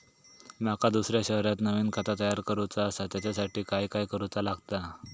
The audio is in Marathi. माका दुसऱ्या शहरात नवीन खाता तयार करूचा असा त्याच्यासाठी काय काय करू चा लागात?